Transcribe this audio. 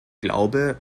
glaube